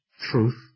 truth